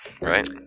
right